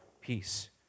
peace